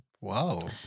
Wow